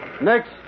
Next